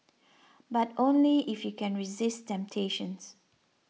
but only if you can resist temptations